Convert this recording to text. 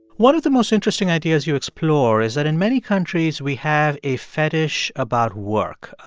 one of the most interesting ideas you explore is that, in many countries, we have a fetish about work.